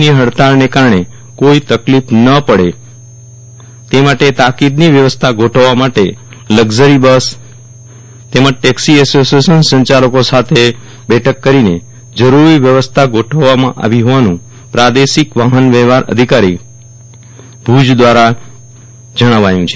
ની ફડતાલને કારણે કોઇ તકલીફ ન પડે તે માટે તાકિદની વ્યવસ્થા ગોઠવવા માટે લકઝરી બસ તેમજ ટેક્ષી એશોસિએશનસંચાલકો સાથે બેઠક કરીને જરૂરી વ્યવસ્થા ગોઠવવામાં આવી હોવાનું પ્રાદેશિક વાફન વ્યવફાર અધિકારી ભુજ દ્વારા જણાવાયું છે